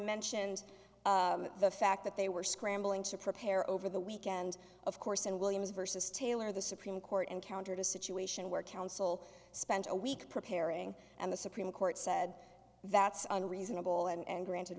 mentioned the fact that they were scrambling to prepare over the weekend of course and williams versus taylor the supreme court encountered a situation where council spent a week preparing and the supreme court said that's a reasonable and granted